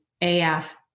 AF